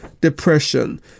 depression